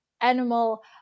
animal